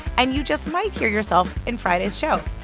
and you just might hear yourself in friday's show.